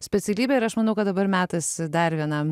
specialybė ir aš manau kad dabar metas dar vienam